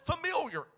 familiar